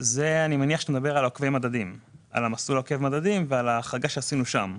אני מניח שאתה מדבר על מסלול עוקב מדדים ועל החריגה שעשינו שם.